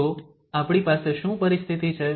તો આપણી પાસે શું પરિસ્થિતિ છે